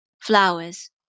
Flowers